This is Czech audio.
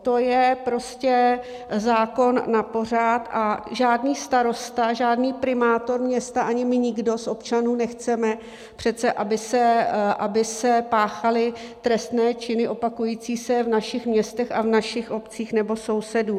To je prostě zákon napořád a žádný starosta, žádný primátor města ani nikdo z občanů přece nechceme, aby se páchaly trestné činy opakující se v našich městech a v našich obcích nebo sousedů.